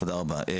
תודה רבה.